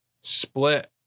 Split